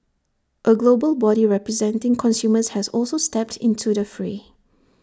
A global body representing consumers has also stepped into the fray